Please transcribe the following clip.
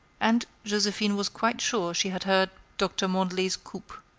and josephine was quite sure she had heard doctor mandelet's coupe.